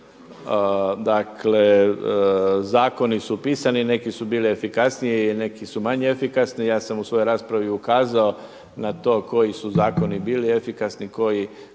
Dakle zakoni su pisani, neki su bili efikasniji, neki su manje efikasni. Ja sam u svojoj raspravi ukazao na to koji su zakoni bili efikasni, koji